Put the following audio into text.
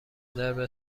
درب